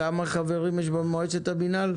כמה חברים יש במועצת רשות מקרקעי ישראל?